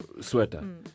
sweater